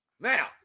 now